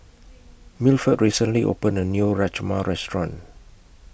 Milford recently opened A New Rajma Restaurant